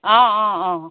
অঁ অঁ অঁ